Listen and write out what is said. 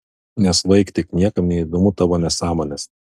nesvaik tik niekam neįdomu tavo nesąmonės